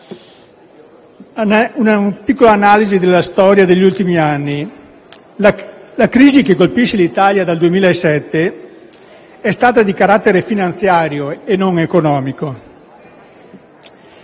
una piccola analisi di quanto accaduto negli ultimi anni. La crisi che colpisce l'Italia dal 2007 è di carattere finanziario e non economico.